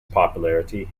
popularity